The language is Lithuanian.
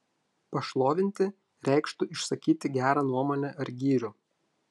pašlovinti reikštų išsakyti gerą nuomonę ar gyrių